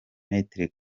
maitre